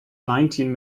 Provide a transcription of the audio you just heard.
nineteen